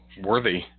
worthy